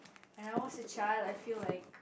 when I was a child I feel like